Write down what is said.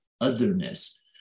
otherness